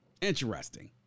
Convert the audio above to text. Interesting